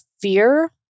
fear